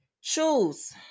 shoes